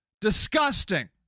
disgusting